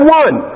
one